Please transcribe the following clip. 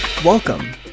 Welcome